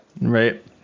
Right